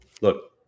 look